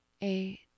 eight